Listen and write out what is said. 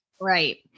Right